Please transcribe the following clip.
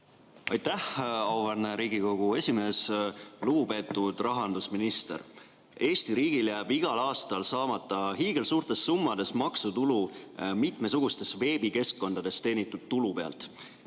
Aitäh, auväärne Riigikogu esimees! Lugupeetud rahandusminister! Eesti riigil jääb igal aastal saamata hiigelsuurtes summades maksutulu mitmesugustes veebikeskkondades teenitud tulu pealt.